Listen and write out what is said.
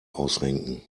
ausrenken